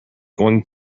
going